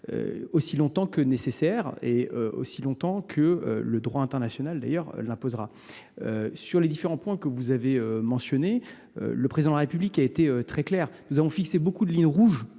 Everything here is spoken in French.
aussi longtemps que nécessaire et que le droit international l’imposera. Sur les différents points que vous avez mentionnés, le Président de la République a été très clair. Beaucoup de lignes rouges